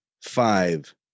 five